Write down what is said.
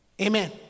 amen